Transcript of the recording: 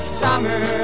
summer